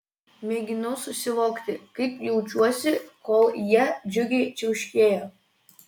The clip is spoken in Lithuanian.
mėginau susivokti kaip jaučiuosi kol jie džiugiai čiauškėjo